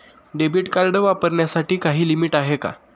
Debit card वापरण्यासाठी काही limit आहे का?